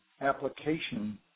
application